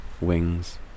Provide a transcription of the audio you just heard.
wings